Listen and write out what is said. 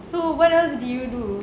so what else did you do